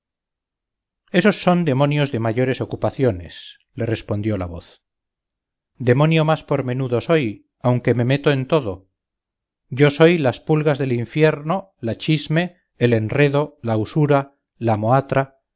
esos son demonios de mayores ocupaciones le respondió la voz demonio más por menudo soy aunque me meto en todo yo soy las pulgas del infierno la chisme el enredo la usura la mohatra